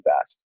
fast